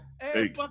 Hey